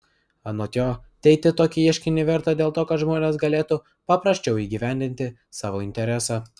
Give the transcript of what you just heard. anot jo teikti tokį ieškinį verta dėl to kad žmonės galėtų paprasčiau įgyvendinti savo interesą